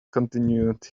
continued